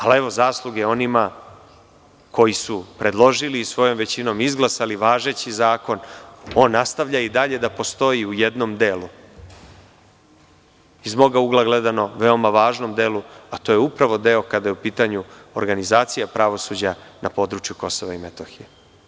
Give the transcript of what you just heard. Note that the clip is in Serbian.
Ali, evo, zasluge onima koji su predložili i svojom većinom izglasali važeći zakon, on nastavlja i dalje da postoji u jednom delu, iz mog ugla gledano, veoma važnom delu, a to je upravo deo kada je u pitanju organizacija pravosuđa na području Kosova i Metohije.